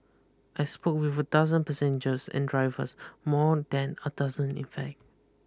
I spoke with a dozen passengers and drivers more than a dozen in fact